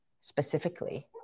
specifically